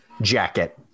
jacket